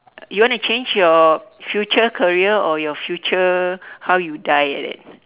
you want to change your future career or your future how you die like that